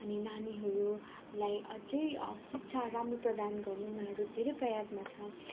अनि नानीहरूलाई अझै शिक्षा राम्रो प्रदान गर्ने उनीहरू धेरै प्रयासमा छन्